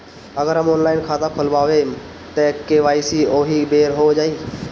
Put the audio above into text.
अगर हम ऑनलाइन खाता खोलबायेम त के.वाइ.सी ओहि बेर हो जाई